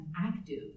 active